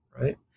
right